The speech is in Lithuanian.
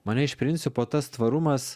mane iš principo tas tvarumas